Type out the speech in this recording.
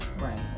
right